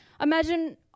Imagine